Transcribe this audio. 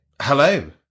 Hello